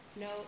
no